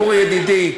אורי ידידי,